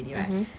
mmhmm